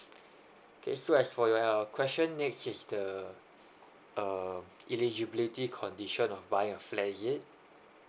okay so as for your question next is the uh eligibility condition of buying a flat is it